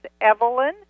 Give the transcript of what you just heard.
Evelyn